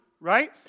right